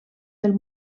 del